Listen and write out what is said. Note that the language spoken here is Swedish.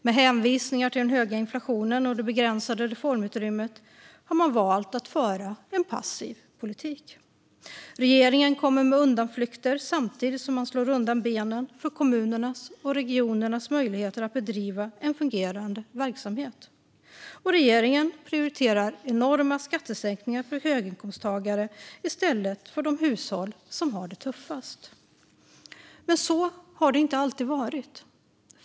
Med hänvisningar till den höga inflationen och det begränsade reformutrymmet har man valt att föra en passiv politik. Regeringen kommer med undanflykter samtidigt som man slår undan benen för kommunernas och regionernas möjligheter att bedriva en fungerande verksamhet. Man prioriterar enorma skattesänkningar för höginkomsttagare i stället för något till de hushåll som har det tuffast. Så har det inte alltid varit.